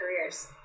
careers